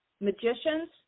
magicians